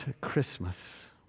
Christmas